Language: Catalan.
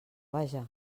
vaja